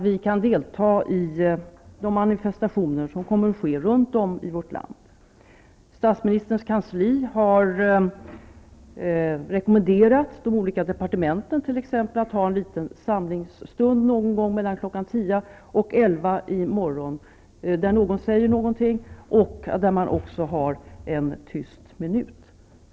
Vi kan delta i de manifestationer som kommer att äga rum runt om i vårt land. Statsministerns kansli har t.ex. rekommenderat de olika departementen att ha en liten samlingsstund någon gång mellan kl. 10.00 och 11.00 i morgon, där någon säger några ord och där man håller en tyst minut.